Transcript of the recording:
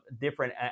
different